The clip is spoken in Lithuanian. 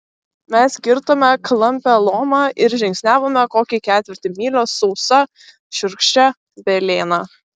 mes kirtome klampią lomą ir žingsniavome kokį ketvirtį mylios sausa šiurkščia velėna